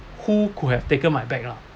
who could have taken my bag lah